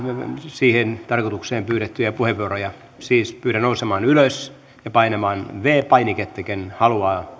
siihen tarkoitukseen pyydettyjä puheenvuoroja siis pyydän nousemaan ylös ja painamaan viides painiketta ken haluaa